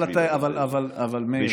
אבל מאיר,